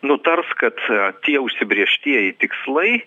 nutars kad tie užsibrėžtieji tikslai